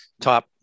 top